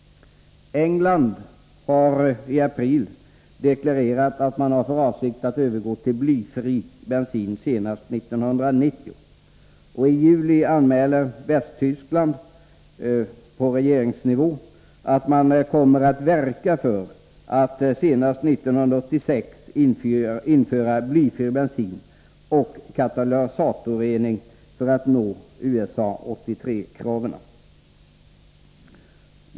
England har i april deklarerat att man har för avsikt att övergå till blyfri bensin senast 1990, och i juli anmälde Västtyskland på regeringsnivå att man kommer att verka för att senast 1986 införa blyfri bensin och katalysatorrening för att nå kraven i USA för 1983. Herr talman!